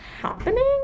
happening